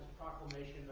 proclamation